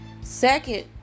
Second